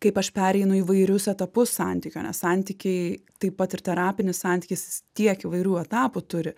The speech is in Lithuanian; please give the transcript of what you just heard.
kaip aš pereinu įvairius etapus santykio nes santykiai taip pat ir terapinis santykis tiek įvairių etapų turi